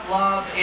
love